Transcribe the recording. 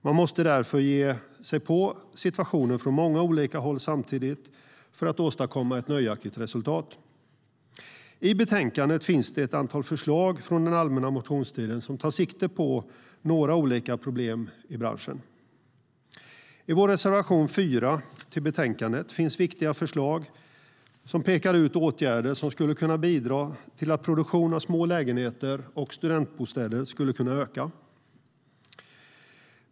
Man måste därför ge sig på situationen från många olika håll samtidigt för att åstadkomma ett nöjaktigt resultat. I betänkandet finns det ett antal förslag från den allmänna motionstiden som tar sikte på några olika problem i branschen. I vår reservation 4 till betänkandet finns viktiga förslag som pekar ut åtgärder som skulle kunna bidra till att produktionen av små lägenheter och studentbostäder ökar.